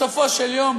בסופו של יום,